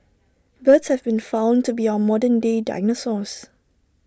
birds have been found to be our modern day dinosaurs